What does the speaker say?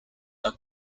are